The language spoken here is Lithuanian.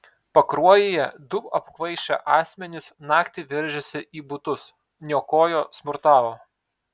pakruojyje du apkvaišę asmenys naktį veržėsi į butus niokojo smurtavo